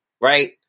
Right